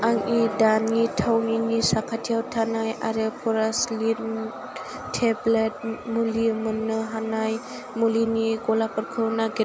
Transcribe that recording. आंनि दानि थावनिनि साखाथियाव थानाय आरो पुराज'लिन टेब्लेट मुलि मोन्नो हानाय मुलिनि गलाफोरखौ नागिर